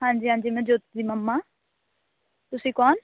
ਹਾਂਜੀ ਹਾਂਜੀ ਮੈਂ ਜੋਤੀ ਦੀ ਮੰਮਾ ਤੁਸੀਂ ਕੌਣ